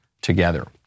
together